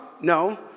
No